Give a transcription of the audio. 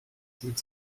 sind